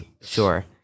Sure